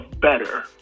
better